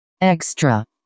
extra